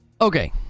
Okay